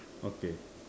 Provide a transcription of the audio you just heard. okay